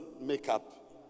makeup